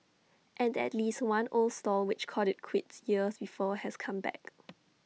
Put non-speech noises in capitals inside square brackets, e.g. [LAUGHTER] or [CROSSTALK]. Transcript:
and at least one old stall which called IT quits years before has come back [NOISE]